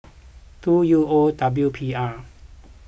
two U O W P R